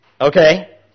Okay